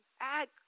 add